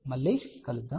మళ్ళీ కలుద్దాం